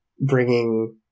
bringing